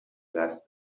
less